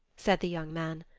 said the young man,